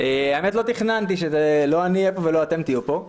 האמת, לא תכננתי שלא אני אהיה פה ולא אתם תהיו פה,